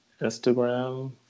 Instagram